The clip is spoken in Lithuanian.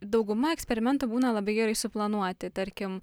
dauguma eksperimentų būna labai gerai suplanuoti tarkim